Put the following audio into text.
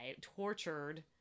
tortured